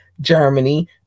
Germany